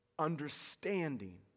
understanding